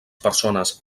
persones